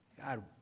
God